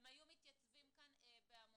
הם היו מתייצבים כאן בהמוניהם,